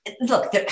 Look